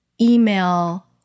email